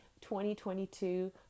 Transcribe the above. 2022